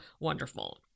wonderful